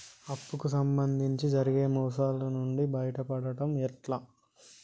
అప్పు కు సంబంధించి జరిగే మోసాలు నుండి బయటపడడం ఎట్లా?